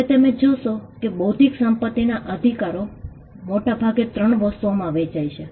હવે તમે જોશો કે બૌદ્ધિક સંપત્તિના અધિકારો મોટાભાગે 3 વસ્તુઓમાં વહેંચાય છે